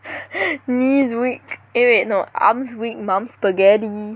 knees weak eh wait no arms weak mum's spaghetti